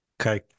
okay